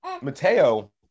Mateo